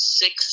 six